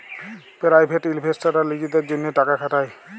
private ইলভেস্টাররা লিজেদের জ্যনহে টাকা খাটায়